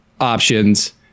options